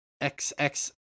XX